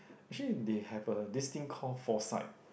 actually they have a this thing called foresight